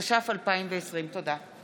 התש"ף 2020. תודה.